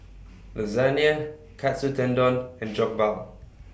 Lasagne Katsu Tendon and Jokbal